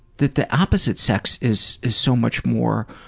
that the opposite sex is is so much more.